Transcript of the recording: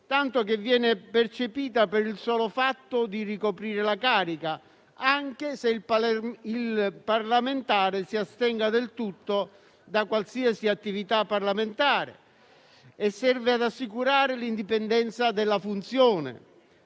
tanto che viene percepita per il solo fatto di ricoprire la carica, anche nel caso in cui il parlamentare si astenga da qualsiasi attività parlamentare, e serve ad assicurare l'indipendenza della funzione.